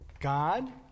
God